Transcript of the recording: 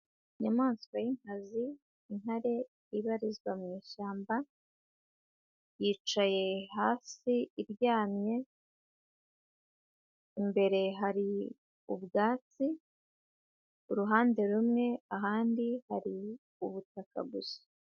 Inyamaswa y'inkazi intare ibarizwa mu ishyamba, yicaye hasi iryamye, imbere hari ubwatsi uruhande rumwe, ahandi hari ubutaka gusa.